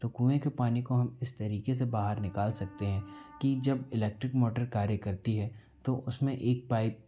तो कुएं के पानी को हम इस तरीके से बाहर निकाल सकते हैं कि जब इलेक्ट्रिक मोटर कार्य करती है तो उसमें एक पाइप